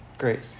great